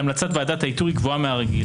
"-- להמלצת ועדת האיתור היא גבוהה מהרגיל.